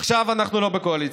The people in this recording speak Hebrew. עכשיו אנחנו לא בקואליציה,